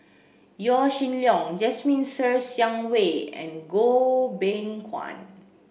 Yaw Shin Leong Jasmine Ser Xiang Wei and Goh Beng Kwan